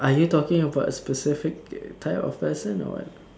are you talking about a specific type of person or what